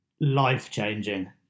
life-changing